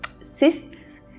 cysts